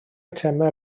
eitemau